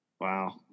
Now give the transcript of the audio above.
Wow